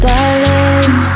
Darling